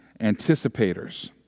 anticipators